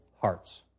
hearts